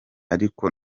ariko